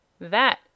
That